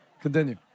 Continue